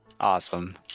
Awesome